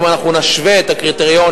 אם אנחנו נשווה את הקריטריונים,